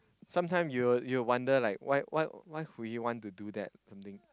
sometime you'll you'll wonder like why why why would he want to do that something